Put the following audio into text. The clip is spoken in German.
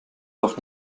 doch